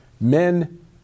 men